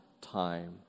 time